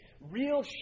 real